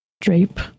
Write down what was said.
drape